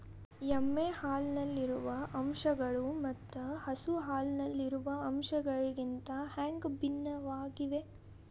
ಎಮ್ಮೆ ಹಾಲಿನಲ್ಲಿರುವ ಅಂಶಗಳು ಮತ್ತ ಹಸು ಹಾಲಿನಲ್ಲಿರುವ ಅಂಶಗಳಿಗಿಂತ ಹ್ಯಾಂಗ ಭಿನ್ನವಾಗಿವೆ?